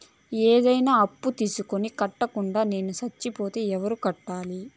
ఏదైనా అప్పు తీసుకొని కట్టకుండా నేను సచ్చిపోతే ఎవరు కట్టాలి?